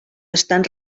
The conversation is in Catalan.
estan